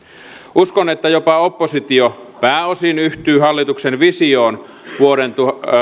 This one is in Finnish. uskon että jopa oppositio pääosin yhtyy hallituksen visioon vuoden